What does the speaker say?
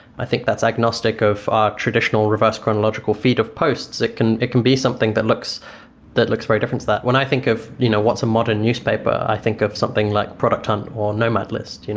i think that's agnostic of ah traditional reverse chronological feed of posts. it can it can be something that looks that looks very different that when i think of you know what's a modern newspaper, i think of something like productan or nomad list.